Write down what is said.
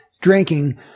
drinking